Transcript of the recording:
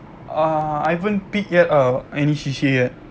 uh I haven't pick yet ah any C_C_A yet